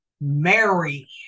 mary